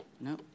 no